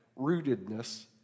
rootedness